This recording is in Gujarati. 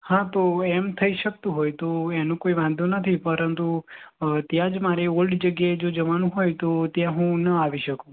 હા તો એમ થઈ શકતું હોય તો એનો કોઈ વાંધો નથી પરંતુ ત્યાં જ મારે ઓલ્ડ જગ્યાએ જવાનું હોય તો ત્યાં હું ન આવી શકું